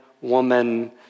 woman